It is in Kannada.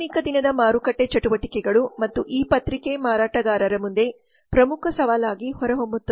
ಆಧುನಿಕ ದಿನದ ಮಾರುಕಟ್ಟೆ ಚಟುವಟಿಕೆಗಳು ಮತ್ತು ಇ ಪತ್ರಿಕೆ ಮಾರಾಟಗಾರರ ಮುಂದೆ ಪ್ರಮುಖ ಸವಾಲಾಗಿ ಹೊರಹೊಮ್ಮುತ್ತದೆ